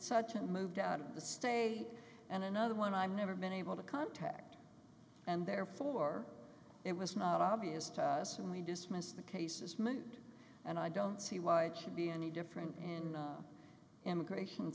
such and moved out of the state and another one i've never been able to contact and therefore it was not obvious to us and we dismissed the case as mood and i don't see why it should be any different in immigration